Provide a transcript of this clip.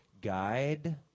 Guide